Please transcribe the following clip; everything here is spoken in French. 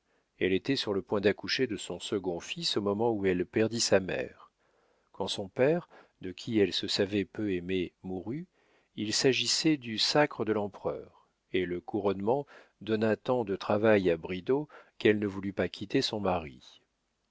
elle était sur le point d'accoucher de son second fils au moment où elle perdit sa mère quand son père de qui elle se savait peu aimée mourut il s'agissait du sacre de l'empereur et le couronnement donna tant de travail à bridau qu'elle ne voulut pas quitter son mari